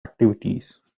activities